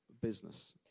business